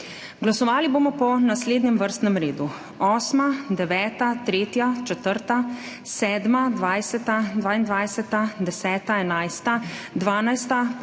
Glasovali bomo po naslednjem vrstnem redu: 8., 9., 3., 4., 7., 20., 22., 10., 11., 12., 5.,